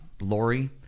Lori